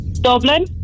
Dublin